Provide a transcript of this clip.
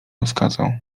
rozkazał